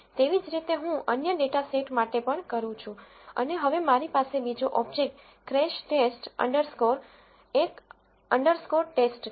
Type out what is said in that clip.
તેવી જ રીતે હું અન્ય ડેટા સેટ માટે પણ કરું છું અને હવે મારી પાસે બીજો object crash test underscore 1 underscore ટેસ્ટcrashTest 1 TEST છે